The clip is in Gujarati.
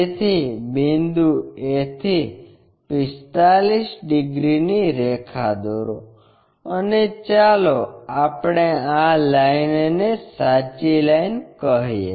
તેથી બિંદુ a થી 45 ડિગ્રીની રેખા દોરો અને ચાલો આપણે આ લાઈનને સાચી લાઈન કહીએ